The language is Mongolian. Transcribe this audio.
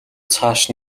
цааш